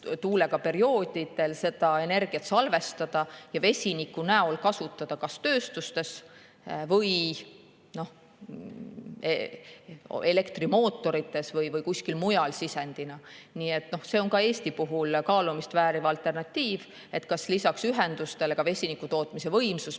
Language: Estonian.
tuulega perioodidel energiat salvestada ja vesiniku abil kasutada kas tööstuses, elektrimootorites või kuskil mujal sisendina. Nii et see on ka Eesti puhul kaalumist vääriv alternatiiv, kas lisaks ühendustele ka vesinikutootmisvõimsus